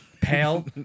Pale